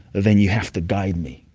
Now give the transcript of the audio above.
then you have to guide me.